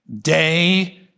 day